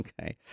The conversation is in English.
Okay